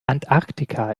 antarktika